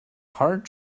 hard